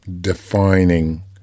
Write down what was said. defining